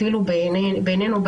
אפילו בעינינו,